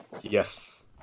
Yes